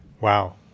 Wow